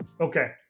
Okay